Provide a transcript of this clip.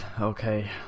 okay